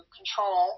control